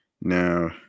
Now